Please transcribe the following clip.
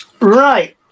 right